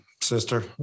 sister